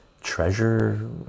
treasure